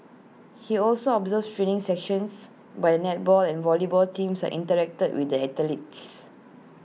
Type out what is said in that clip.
he also observed training sessions by the netball and volleyball teams and interacted with the athletes